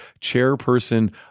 chairperson